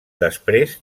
després